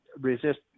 resist